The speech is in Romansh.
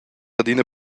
adina